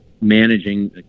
managing